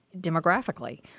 demographically